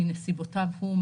מנסיבותיו הוא,